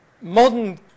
modern